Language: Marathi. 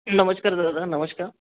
नमस्कार दादा नमस्कार